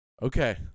Okay